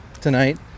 tonight